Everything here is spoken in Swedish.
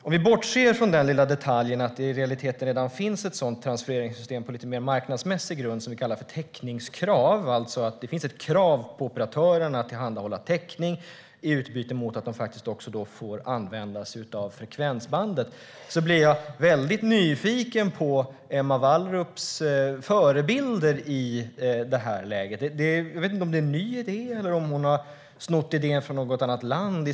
Vi kan bortse från den lilla detaljen att det i realiteten redan finns ett sådant transfereringssystem på lite mer marknadsmässig grund; vi kallar det täckningskrav. Det finns alltså ett krav på operatörerna att tillhandahålla täckning i utbyte mot att de får använda sig av frekvensbandet. Jag blir då väldigt nyfiken på Emma Wallrups förebilder i det här läget. Jag vet inte om det är en ny idé eller om hon har snott den från något annat land.